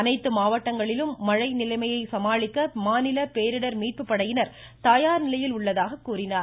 அனைத்து மாவட்டங்களிலும் மழை நிலைமையை சமாளிக்க மாநில பேரிடர் மீட்பு படையினர் தயார்நிலையில் உள்ளதாக குறிப்பிட்டார்